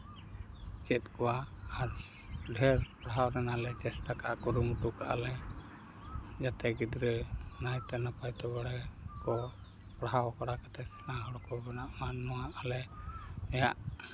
ᱪᱮᱫ ᱠᱚᱣᱟ ᱟᱨ ᱰᱷᱮᱨ ᱯᱟᱲᱦᱟᱣ ᱨᱮᱱᱟᱜ ᱞᱮ ᱪᱮᱥᱴᱟ ᱠᱟᱜᱼᱟ ᱠᱩᱨᱩᱢᱩᱴᱩ ᱠᱟᱜᱼᱟᱞᱮ ᱡᱟᱛᱮ ᱜᱤᱫᱽᱨᱟᱹ ᱱᱟᱭᱛᱮ ᱱᱟᱯᱟᱭᱛᱮ ᱵᱟᱲᱮ ᱠᱚ ᱯᱟᱲᱦᱟᱣ ᱵᱟᱲᱟ ᱠᱟᱛᱮᱫ ᱥᱮᱬᱟ ᱦᱚᱲ ᱠᱚ ᱵᱮᱱᱟᱜ ᱟᱨ ᱱᱚᱣᱟ ᱟᱞᱮᱭᱟᱜ